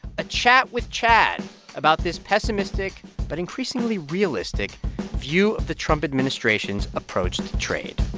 a chat with chad about this pessimistic but increasingly realistic view of the trump administration's approach to trade